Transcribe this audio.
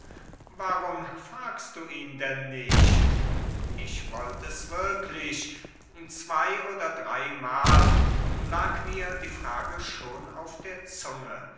warum fragst du ihn denn nicht ich wollt es wirklich zwey oder dreymahl lag mir die frage schon auf der zunge